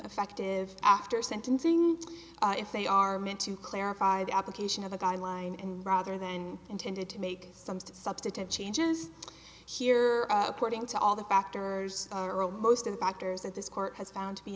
effective after sentencing if they are meant to clarify the application of the guideline and rather than intended to make some substantive changes here according to all the factors are all most of the factors that this court has found to be